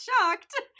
shocked